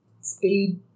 speed